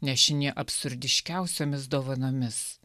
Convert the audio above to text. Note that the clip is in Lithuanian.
nešini absurdiškiausiomis dovanomis